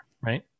Right